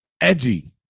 edgy